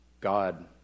God